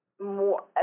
more